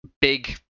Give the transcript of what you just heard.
big